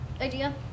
idea